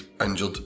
injured